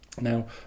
Now